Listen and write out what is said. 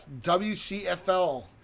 WCFL